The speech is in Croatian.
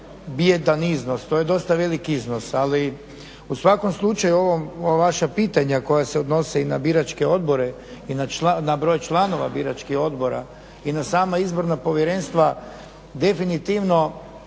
bijedan iznos. To je dosta veliki iznos, ali u svakom slučaju ova vaša pitanja koja se odnose i na biračke odbore i na broj članova biračkih odbora i na sama Izborna povjerenstva, definitivno